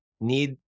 need